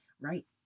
right